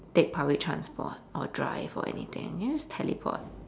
take public transport or drive or anything and ya just teleport